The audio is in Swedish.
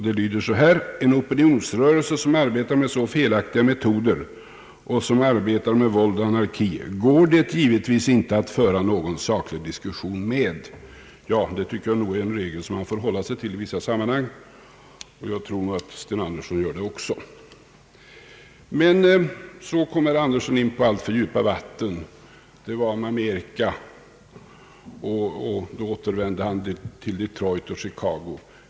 Det lyder: »En opinionsrörelse, som arbetar med så felaktiga metoder och som arbetar med våld och anarki går det givetvis inte att föra någon saklig diskussion med.» Det är nog en regel som man får hålla sig till i vissa sammanhang, och jag tror att herr Sten Andersson gör det också. Men sedan kom herr Andersson ut på alltför djupa vatten. Det var när han talade om Amerika. Då återvände han till Detroit och Chicago.